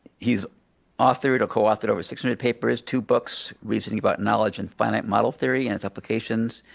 he's authored or coauthored over six hundred papers, two books reasoning about knowledge and finite model theory and applications.